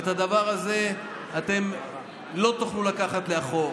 ואת הדבר הזה לא תוכלו לקחת לאחור.